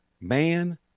man